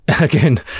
again